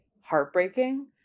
heartbreaking